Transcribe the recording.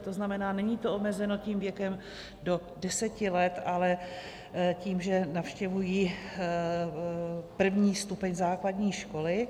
To znamená, není to omezeno tím věkem do 10 let, ale tím, že navštěvují první stupeň základní školy.